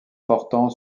portant